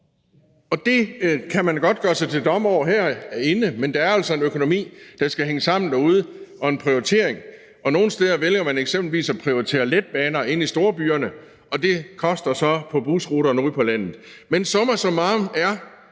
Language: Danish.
og det kan man godt gøre sig til dommer over herinde, men der er altså en økonomi, der skal hænge sammen derude, og en prioritering. Nogle steder vælger man eksempelvis at prioritere letbaner inde i storbyerne, og det koster så på busruterne ude på landet. Men summa summarum er,